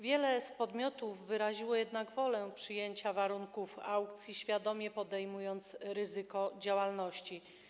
Wiele podmiotów wyraziło jednak wolę przyjęcia warunków aukcji, świadomie podejmując ryzyko działalności.